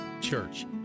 Church